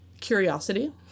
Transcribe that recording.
curiosity